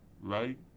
right